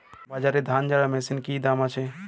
বাজারে ধান ঝারা মেশিনের কি দাম আছে?